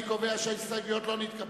אני קובע שההסתייגות לא נתקבלה.